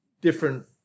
different